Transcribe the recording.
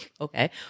okay